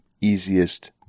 easiest